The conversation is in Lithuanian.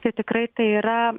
tai tikrai tai yra